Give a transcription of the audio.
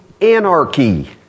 anarchy